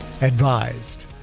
advised